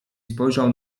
spojrzał